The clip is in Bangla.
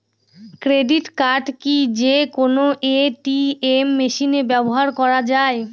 ক্রেডিট কার্ড কি যে কোনো এ.টি.এম মেশিনে ব্যবহার করা য়ায়?